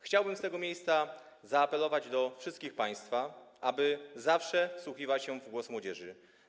Chciałbym z tego miejsca zaapelować do wszystkich państwa, aby zawsze wsłuchiwać się w głos młodzieży.